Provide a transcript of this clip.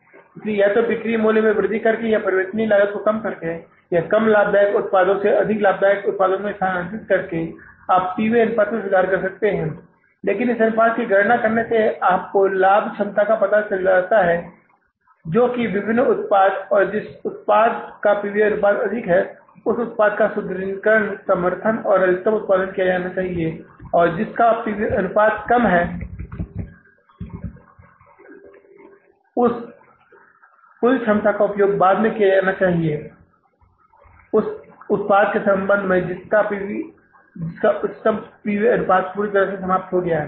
इसलिए या तो बिक्री मूल्य में वृद्धि करके या परिवर्तनीय लागत को कम करके या कम लाभदायक उत्पादों से अधिक लाभदायक उत्पादों में स्थानांतरित करके आप पी वी अनुपात में सुधार कर सकते हैं लेकिन इस अनुपात की गणना करने से आपको लाभ क्षमता का पता चलता है जो कि है विभिन्न उत्पाद और जिस उत्पाद का पी वी अनुपात अधिक है उस उत्पाद का सुदृढ़ीकरण समर्थन और अधिकतम उत्पादन किया जाना चाहिए और जिस उत्पाद का कम पी वी अनुपात है उस कुल क्षमता उपयोग के बाद किया जाना चाहिए उस उत्पाद के संबंध में जिसका उच्चतम पी वी अनुपात पूरी तरह से समाप्त हो गया है